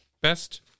Best